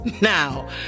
Now